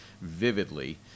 vividly